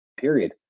period